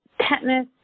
tetanus